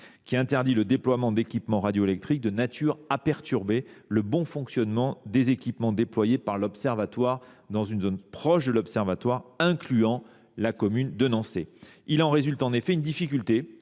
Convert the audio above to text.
interdit le déploiement d’équipements radioélectriques de nature à perturber le bon fonctionnement des équipements déployés par l’observatoire dans une zone proche de celui-ci, incluant la commune de Nançay. Il en résulte en effet une difficulté